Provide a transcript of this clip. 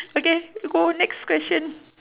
okay go next question